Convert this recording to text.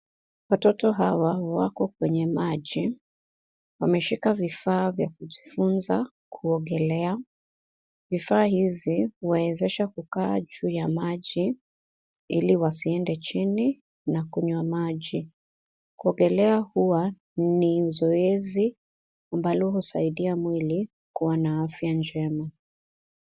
Watoto hawa wako kwenye maji. Wameshika vifaa vya kujifunza kuogelea. Vifaa hizi huwawezesha kukaa juu ya maji ili wasiende chini na kunywa maji. Kuogelea huwa ni zoezi ambalo husaidia mwili kuwa na afya njema.